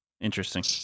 interesting